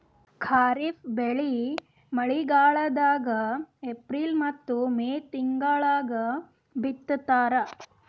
ಖಾರಿಫ್ ಬೆಳಿ ಮಳಿಗಾಲದಾಗ ಏಪ್ರಿಲ್ ಮತ್ತು ಮೇ ತಿಂಗಳಾಗ ಬಿತ್ತತಾರ